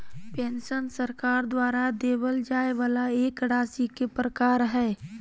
pension सरकार द्वारा देबल जाय वाला एक राशि के प्रकार हय